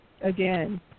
Again